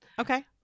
Okay